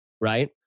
right